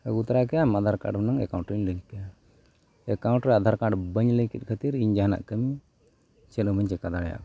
ᱟᱹᱜᱩ ᱛᱟᱨᱟ ᱠᱮᱭᱟᱢ ᱟᱫᱷᱟᱨ ᱠᱟᱨᱰ ᱢᱟᱱᱮ ᱮᱠᱟᱣᱩᱱᱴ ᱨᱤᱧ ᱞᱤᱝᱠ ᱠᱮᱭᱟ ᱮᱠᱟᱣᱩᱱᱴ ᱨᱮ ᱟᱫᱷᱟᱨ ᱠᱟᱨᱰ ᱵᱟᱹᱧ ᱞᱤᱝᱠ ᱮᱫ ᱠᱷᱟᱹᱛᱤᱨ ᱤᱧ ᱡᱟᱦᱟᱱᱟᱜ ᱠᱟᱹᱢᱤ ᱪᱮᱫ ᱦᱚᱸ ᱵᱟᱹᱧ ᱪᱤᱠᱟᱹ ᱫᱟᱲᱮᱭᱟᱜ ᱠᱟᱱᱟ